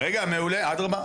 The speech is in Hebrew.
מעולה, אדרבא.